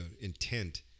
intent